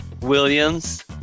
Williams